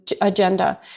agenda